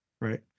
right